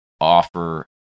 offer